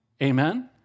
Amen